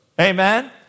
Amen